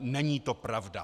Není to pravda.